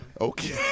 okay